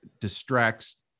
distracts